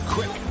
Quick